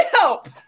help